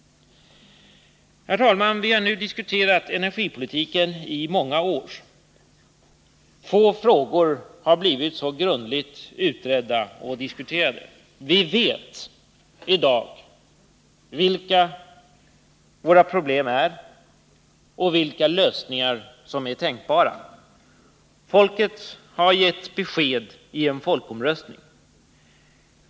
Herr talman! Vi har nu diskuterat energipolitiken i många år. Få frågor har blivit så grundligt utredda och debatterade. Vi vet i dag vilka våra problem är och vilka lösningar som är tänkbara. Folket har gett besked i en folkomröstning.